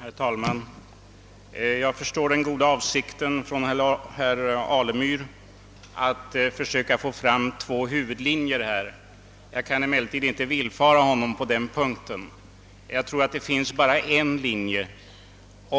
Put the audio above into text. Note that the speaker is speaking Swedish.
Herr talman! Jag förstår den goda avsikten hos herr Alemyr att försöka få fram två huvudlinjer. Jag kan emellertid inte villfara honom på den punkten. Jag tror att det finns bara en linje —